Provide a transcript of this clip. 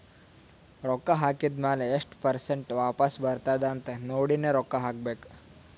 ರೊಕ್ಕಾ ಹಾಕಿದ್ ಮ್ಯಾಲ ಎಸ್ಟ್ ಪರ್ಸೆಂಟ್ ವಾಪಸ್ ಬರ್ತುದ್ ಅಂತ್ ನೋಡಿನೇ ರೊಕ್ಕಾ ಹಾಕಬೇಕ